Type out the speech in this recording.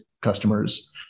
customers